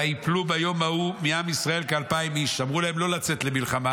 וייפלו ביום ההוא מעם ישראל כאלפיים איש" אמרו להם לא לצאת למלחמה,